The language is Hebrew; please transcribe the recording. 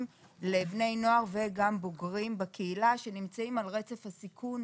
לבני נוער וגם בוגרים בקהילה שנמצאים על רצף הסיכון,